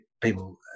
people